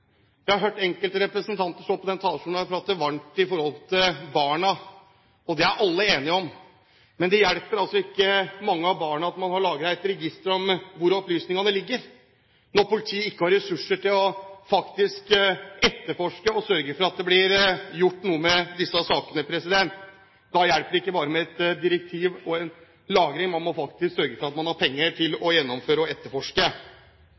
Jeg har hørt enkelte representanter på denne talerstolen prate varmt om barna – og alle er enige om det. Men det hjelper ikke mange av barna at man har lagret et register hvor opplysningene ligger, når politiet ikke har ressurser til å etterforske og sørge for at det blir gjort noe med disse sakene. Det hjelper ikke bare med et direktiv og lagring, man må faktisk sørge for at man har penger til